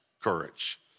courage